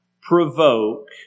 provoke